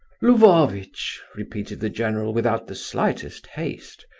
lvovitch, repeated the general without the slightest haste,